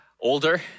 older